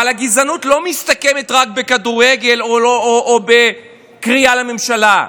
אבל הגזענות לא מסתכמת רק בכדורגל או בקריאה לממשלה,